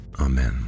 amen